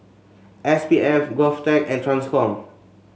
S P F Govtech and Transcom